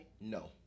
No